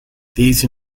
these